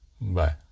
Bye